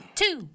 two